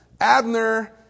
Abner